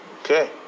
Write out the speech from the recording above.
Okay